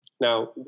Now